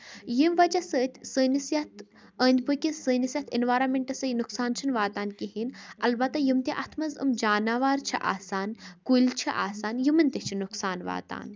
ییٚمہِ وجہ سۭتۍ سٲنِس یَتھ أنٛدۍ پٔکھِس سٲنِس یَتھ اٮ۪نوارَمٮ۪نٛٹَسٕے نۄقصان چھِنہٕ واتان کِہیٖنٛۍ اَلبَتہ یِم تہِ اَتھ منٛز یِم جاناوار چھِ آسان کُلۍ چھِ آسان یِمَن تہِ چھِ نۄقصان واتان